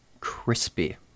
crispy